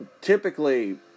typically